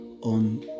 on